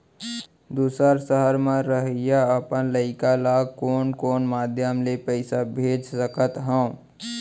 दूसर सहर म रहइया अपन लइका ला कोन कोन माधयम ले पइसा भेज सकत हव?